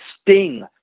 sting